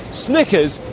snickers,